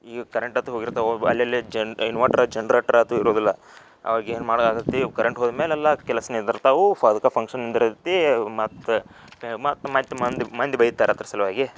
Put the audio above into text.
ಈಗ ಕರೆಂಟ್ ಅಂತೂ ಹೋಗಿರ್ತವೆ ಅಲ್ಲೆಲ್ಲೇ ಜನ ಇನ್ವರ್ಟರ್ ಅದು ಜನ್ರೇಟ್ರ್ ಆಯ್ತು ಇರೋದಿಲ್ಲ ಆವಾಗ ಏನು ಮಾಡಾಕ್ಕತ್ತಿ ಕರೆಂಟ್ ಹೋದ್ಮೇಲೆಲ್ಲ ಕೆಲಸ ನಿಂದ್ರತಾವು ಸೊ ಅದಕ್ಕೆ ಫಂಕ್ಷನ್ ನಿಂದ್ರತೀ ಮತ್ತು ಮತ್ತು ಮತ್ತು ಮಂದಿ ಮಂದಿ ಬೈತಾರೆ ಅದ್ರ ಸಲುವಾಗಿ